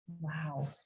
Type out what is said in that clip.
Wow